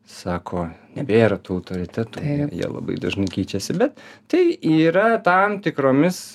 sako nebėra tų autoritetų jie labai dažnai keičiasi bet tai yra tam tikromis